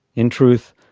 in truth,